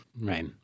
Right